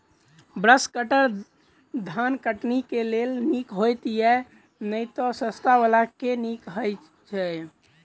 Brush cutter धान कटनी केँ लेल नीक हएत या नै तऽ सस्ता वला केँ नीक हय छै?